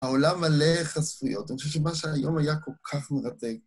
העולם מלא החשפויות, אני חושב שהיום היה כל כך מרתק.